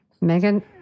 Megan